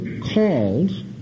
called